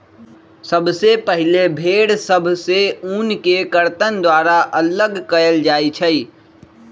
सबसे पहिले भेड़ सभ से ऊन के कर्तन द्वारा अल्लग कएल जाइ छइ